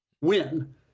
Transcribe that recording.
win